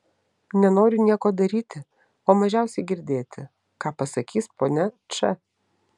nenoriu nieko daryti o mažiausiai girdėti ką pasakys ponia č